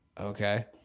Okay